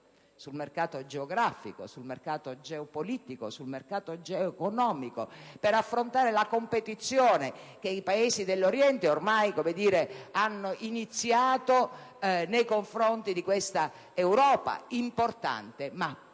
sul mercato geografico, sul mercato geopolitico, sul mercato geoeconomico per affrontare la competizione che i Paesi dell'Oriente ormai hanno iniziato nei confronti di questa Europa, importante ma piccola e